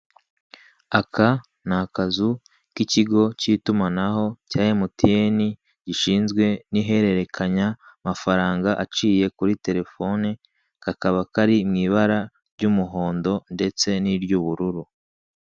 Aka ni akazu k'ikigo k'itumanaho cya emutiyene gishinzwe ihererekanya amafaranga aciye kuri terefone kakaba kari mu ibara ry'umuhondo ndetse n'iry'ubururu